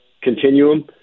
continuum